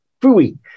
Fui